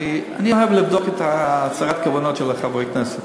אני אוהב לבדוק את הצהרת הכוונות של חברי הכנסת,